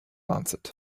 answered